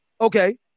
okay